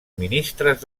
ministres